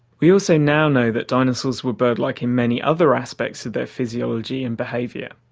we also now know that dinosaurs were bird-like in many other aspects of their physiology and behaviour